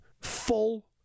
full